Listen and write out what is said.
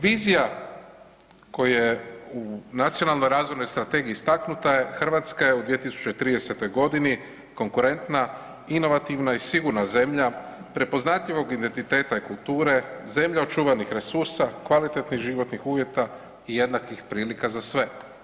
Vizija koja je u Nacionalnoj razvojnoj strategiji istaknuta je Hrvatska je u 2030.g. konkurentna, inovativna i sigurna zemlja, prepoznatljivog identiteta i kulture, zemlja očuvanih resursa, kvalitetnih životnih uvjeta i jednakih prilika za sve.